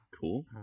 Cool